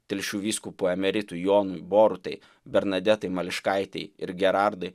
telšių vyskupui emeritui jonui borutai bernadetai mališkaitei ir gerardai